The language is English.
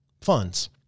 funds